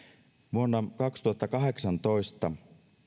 vuonna kaksituhattakahdeksantoista